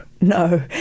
no